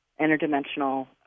Interdimensional